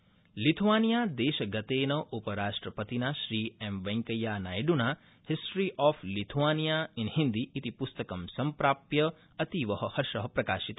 उपराष्ट्रपति लिथुआनियादेशगतेन उपराष्ट्रपतिना श्री एम वेंकैया नायडूना history of Lithuania in Hindi इति पुस्तकं संप्राप्य अतीव हर्षप्रकाशित